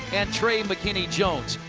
and trey mckinney jones.